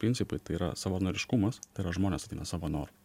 principai tai yra savanoriškumas tai yra žmonės savo noru